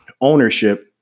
ownership